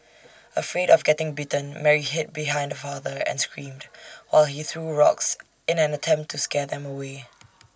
afraid of getting bitten Mary hid behind her father and screamed while he threw rocks in an attempt to scare them away